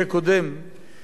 עם הקמת ועדת-גולדסטון,